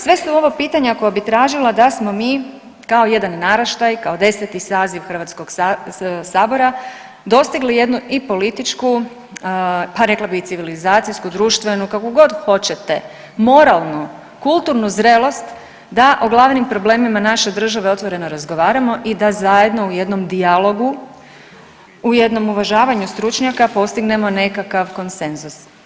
Sve su ovo pitanja koja bi tražila da smo mi kao jedan narašaj, kao 10. saziv Hrvatskog sabora dostigli jednu i političku pa rekla bi i civilizacijsku, društvenu kako god hoćete moralnu, kulturnu zrelost da o glavnim problemima naše države otvoreno razgovaramo i da zajedno u jednom dijalogu, u jednom uvažavanju stručnjaka postignemo nekakav konsenzus.